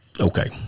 okay